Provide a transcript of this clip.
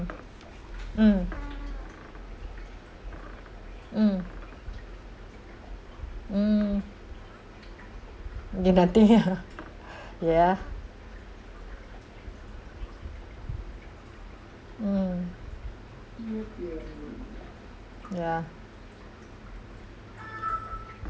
mm mm mm you get nothing ah yeah mm yeah